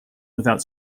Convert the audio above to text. without